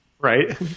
right